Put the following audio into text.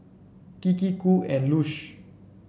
Kiki Qoo and Lush